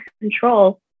control